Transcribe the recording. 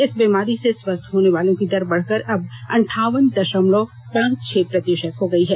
इस बीमारी से स्वरस्थ होने की दर बढ़कर अब अंठावन दशमलव पांच छह प्रतिशत हो गई है